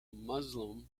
muslim